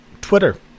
twitter